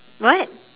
what